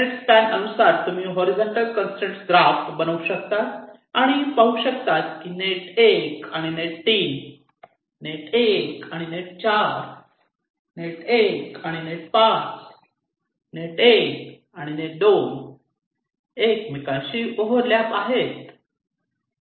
net span अनुसार तुम्ही horizontal constraint graph बनवू शकतात आणि पाहू शकतात कि नेट 1 आणि नेट 3 नेट 1 आणि नेट 4 नेट 1 आणि नेट 5 नेट 1 आणि नेट 2 एकमेकांशी ओव्हर लॅप आहेत